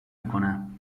میکنم